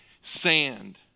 sand